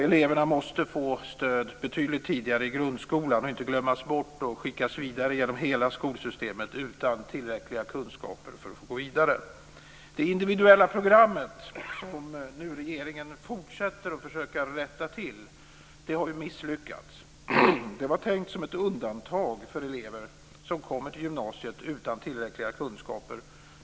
Eleverna måste få stöd betydligt tidigare i grundskolan. De får inte glömmas bort och skickas vidare genom hela skolsystemet utan tillräckliga kunskaper för att få gå vidare. Det individuella programmet som regeringen nu fortsätter att försöka rätta till har misslyckats. Det var tänkt som ett undantag för elever som kommer till gymnasiet utan tillräckliga kunskaper.